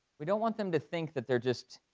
we don't want them to think that they're just,